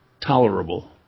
tolerable